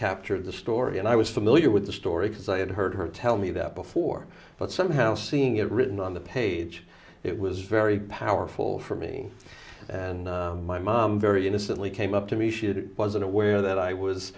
captured the story and i was familiar with the story because i had heard her tell me that before but somehow seeing it written on the page it was very powerful for me and my mom very innocently came up to me she wasn't aware that i was